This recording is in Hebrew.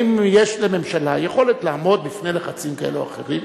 אם יש לממשלה יכולת לעמוד בפני לחצים כאלה או אחרים.